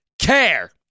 Care